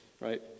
right